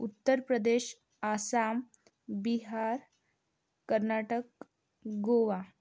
Uttar Pradesh Assam Bihar Karnataka Goa